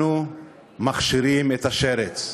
אנחנו מכשירים את השרץ.